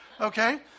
Okay